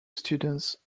students